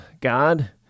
God